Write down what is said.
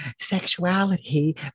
sexuality